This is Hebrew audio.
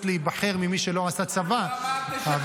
להיבחר ממי שלא עשה צבא --- אל תשקר.